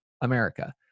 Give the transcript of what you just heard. America